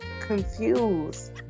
confused